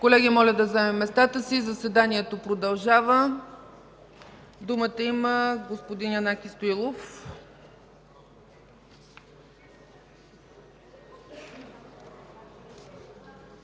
Колеги, моля да заемем местата си – заседанието продължава. Думата има господин Янаки Стоилов.